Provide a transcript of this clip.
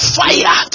fire